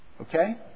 Okay